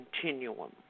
continuum